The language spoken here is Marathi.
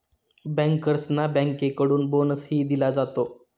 बँकर्सना बँकेकडून बोनसही दिला जातो